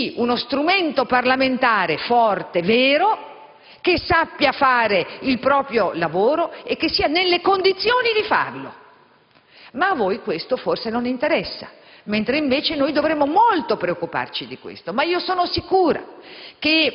di uno strumento parlamentare forte, vero, che sappia fare il proprio lavoro e sia nelle condizioni di farlo. Ma a voi questo forse non interessa, mentre invece dovremmo molto preoccuparci di questo. Ma sono sicura